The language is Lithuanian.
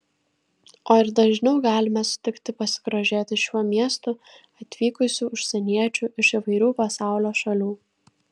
o ir dažniau galime sutikti pasigrožėti šiuo miestu atvykusių užsieniečių iš įvairių pasaulio šalių